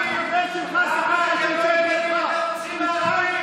תודה רבה.